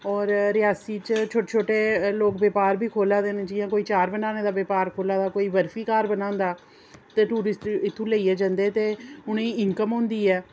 और रियासी च लोक छोटे छोटे बपार बी खोह्लै दे न जि'यां कोई चार बनाने दा बपार खोह्लै दा कोई बर्फी घर बनांदा ते टूरिस्ट बी इत्थूं लेइयै जंदे ते उ'नें ई इनकम होंदी ऐ